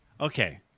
Okay